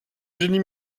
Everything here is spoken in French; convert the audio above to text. génie